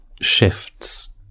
shifts